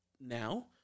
now